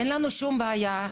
אין לנו שום בעיה,